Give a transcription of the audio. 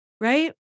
right